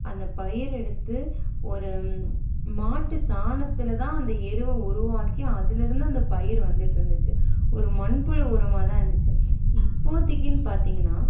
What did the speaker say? அந்த பயிரை எடுத்து ஒரு மாட்டு சாணத்தில் தான் அந்த எருவை உருவாக்கி அதில் இருந்து அந்த பயிறு வந்துட்டு இருந்துச்சி ஒரு மண்புழு உரமாக தான் இருந்துச்சி இப்போதைக்குனு பார்த்தீங்கன்னா